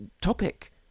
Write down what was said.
topic